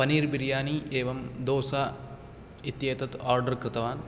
पनीर् बिर्यानि एवं दोसा इत्येतत् आर्डर कृतवान्